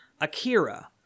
Akira